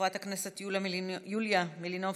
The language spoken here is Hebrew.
חברת הכנסת יוליה מלינובסקי,